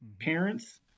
parents